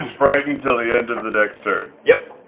frightened until the end of the next turn. yeah